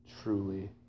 truly